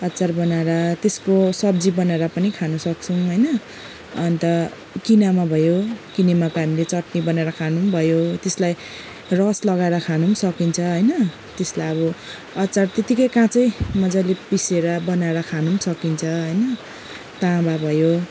अचार बनाएर त्यसको सब्जी बनाएर पनि खानु सक्छौँ होइन अन्त किनामा भयो किनामा त हामीले चट्नी बनाएर खानु पनि भयो त्यसलाई रस लगाएर खानु पनि सकिन्छ होइन त्यसलाई अब अचार त्यतिकै काँचै मजाले पिसेर बनाएर खानु पनि सकिन्छ होइन तामा भयो